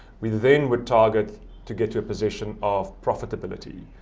we then would target to get to a position of profitability.